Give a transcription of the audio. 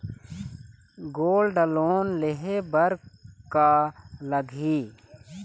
Gold loan लेहे बर का लगही?